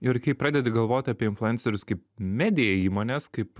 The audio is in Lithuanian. ir kai pradedi galvot apie influencerius kaip medija įmones kaip